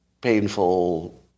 painful